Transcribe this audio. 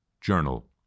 journal